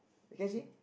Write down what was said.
you can see